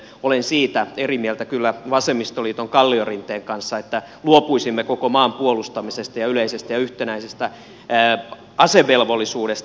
olen siitä eri mieltä kyllä vasemmistoliiton kalliorinteen kanssa että luopuisimme koko maan puolustamisesta ja yleisestä ja yhtenäisestä asevelvollisuudesta